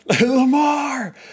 Lamar